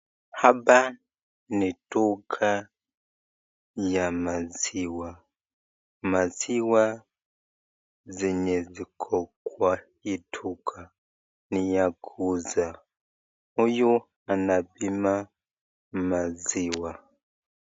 Hapa ni duka ya maziwa. Maziwa zenye ziko kwa hii duka ni ya kuuza. Huyu anapima maziwa.